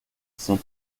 saint